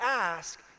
ask